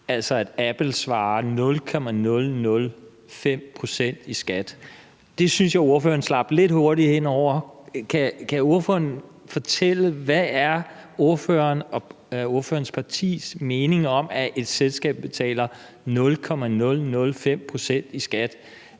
altså at Apple betalte 0,005 pct. i skat. Det synes jeg ordføreren slap lidt hurtigt hen over. Kan ordføreren fortælle, hvad ordføreren og ordførerens partis mening er om, at et selskab betaler 0,005 pct. i skat